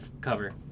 cover